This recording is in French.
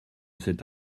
cet